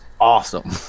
awesome